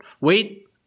Wait